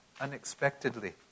unexpectedly